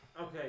okay